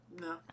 No